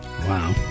Wow